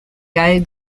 kaj